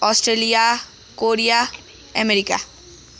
Australia Korea America